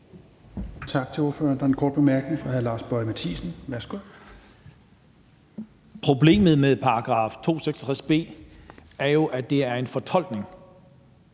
Problemet med § 266 b er jo, at det er en fortolkning.